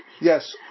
Yes